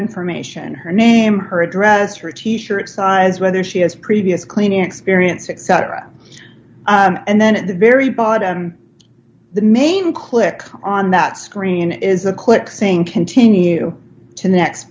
information her name her address her t shirt size whether she has previous cleaning experience etc and then at the very bottom and the main click on that screen is a click saying continue to next